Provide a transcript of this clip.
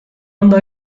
ondo